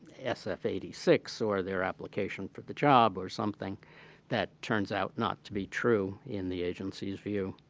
s f eight six, or their application for the job, or something that turns out not to be true in the agency's view.